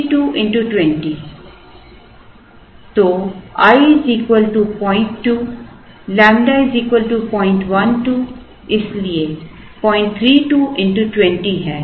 Refer Slide Time 0917 तो i 02 ƛ 012 है इसलिए 032 x 20 है